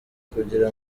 kugira